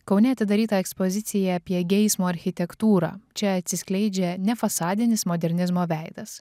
kaune atidaryta ekspozicija apie geismo architektūrą čia atsiskleidžia ne fasadinis modernizmo veidas